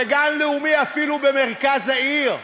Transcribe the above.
וגן לאומי אפילו במרכז העיר.